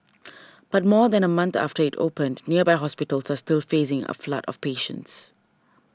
but more than a month after it opened nearby hospitals are still facing a flood of patients